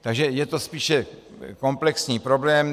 Takže je to spíše komplexní problém.